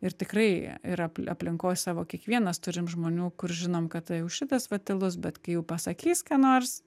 ir tikrai yra aplinkoj savo kiekvienas turim žmonių kur žinom kad jau šitas va tylus bet kai jau pasakys ką nors